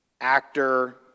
actor